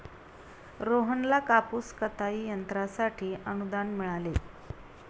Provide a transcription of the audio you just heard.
रोहनला कापूस कताई यंत्रासाठी अनुदान मिळाले